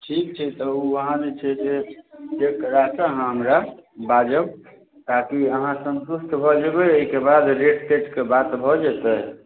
ठीक छै ओ तऽ अहाँ जे छै से चेक करा कऽ अहाँ हमरा बाजब ताकि अहाँ सन्तुष्ट भऽ जेबै एहिके बाद रेट तेटके बात भऽ जेतै